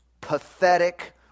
pathetic